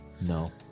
No